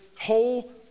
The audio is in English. whole